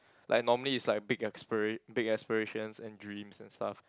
like normally is like big aspira~ big aspirations and dreams and stuff